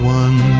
one